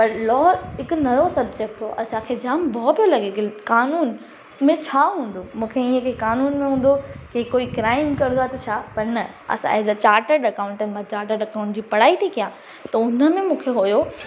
पर लॉ हिकु नओं सब्जेक्ट हो असांखे जामु भउ पियो लॻे क़ानून में छा हूंदो मूंखे के क़ानून में हूंदो की कोई क्राइम कंदो आहे त छा पर न असां एस अ चाटेड अकाउंटेंट मां चाटेड अकाउंट जी पढ़ाई थी कयां त उन में मूंखे हुयो